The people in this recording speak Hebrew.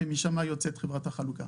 ומשם יוצאת חברת החלוקה.